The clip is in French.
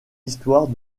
histoire